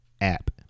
app